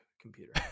computer